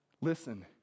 Listen